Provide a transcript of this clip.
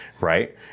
Right